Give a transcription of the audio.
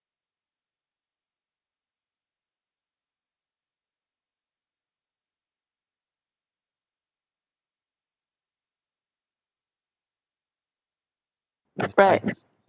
right